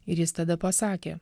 ir jis tada pasakė